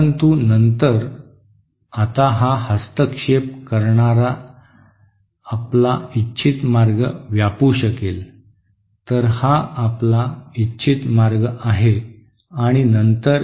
परंतु नंतर आता हा हस्तक्षेप करणारा आपला इच्छित मार्ग व्यापू शकेल तर हा आपला इच्छित मार्ग आहे आणि नंतर ही समस्या आहे